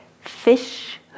Fish